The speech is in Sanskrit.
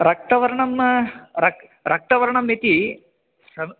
रक्तवर्णं रक्तवर्णम् इति तद्